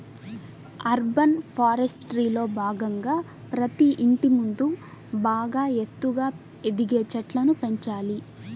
urban ఫారెస్ట్రీలో భాగంగా ప్రతి ఇంటి ముందు బాగా ఎత్తుగా ఎదిగే చెట్లను పెంచాలి